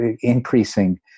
increasing